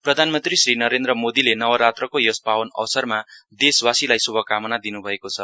प्रधानमन्त्री श्री नरेन्द्र मोदीले नवरात्रको यस पावन अवसरमा देशवासीलाई सुभकामना दिनुभएको छ